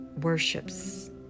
worships